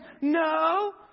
No